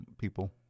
people